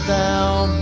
down